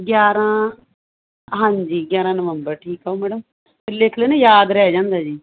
ਗਿਆਰਾਂ ਹਾਂਜੀ ਗਿਆਰਾਂ ਨਵੰਬਰ ਠੀਕ ਹੈ ਮੈਡਮ ਲਿਖ ਲੈਨੇ ਯਾਦ ਰਹਿ ਜਾਂਦਾ ਜੀ